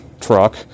truck